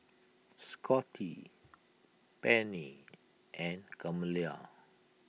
Scotty Pennie and Kamila